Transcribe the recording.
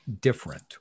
different